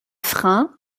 freins